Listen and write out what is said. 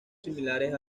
similares